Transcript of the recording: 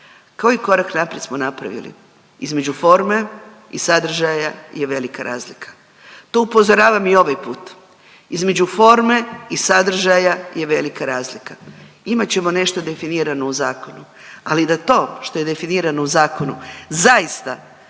Koji korak naprijed smo napravili između forme i sadržaja je velika razlika. To upozoravam i ovaj put. Između forme i sadržaja je velika razlika. Imat ćemo nešto definirano u zakonu, ali da to što je definirano u zakonu zaista